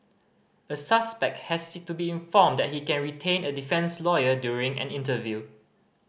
a suspect has to be informed that he can retain a defence lawyer during an interview